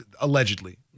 allegedly